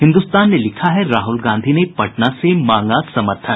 हिन्दुस्तान ने लिखा है राहुल गांधी ने पटना से मांगा समर्थन